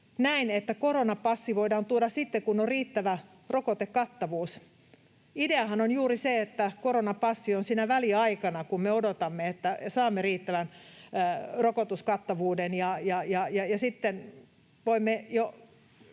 näin, että koronapassi voidaan tuoda sitten, kun on riittävä rokotekattavuus. Ideahan on juuri se, että koronapassi on sinä väliaikana, kun me odotamme, että saamme riittävän rokotuskattavuuden, ja sitten voimme jo